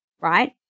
right